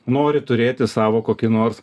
nori turėti savo kokį nors